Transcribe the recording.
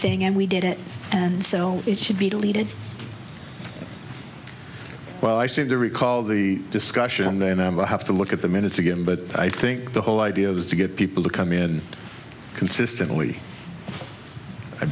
thing and we did it and so it should be deleted while i seem to recall the discussion then i will have to look at the minutes again but i think the whole idea is to get people to come in consistently i